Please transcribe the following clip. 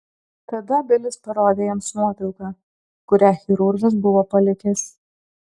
tada bilis parodė jiems nuotrauką kurią chirurgas buvo palikęs